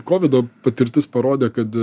kovido patirtis parodė kad